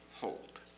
hope